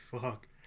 fuck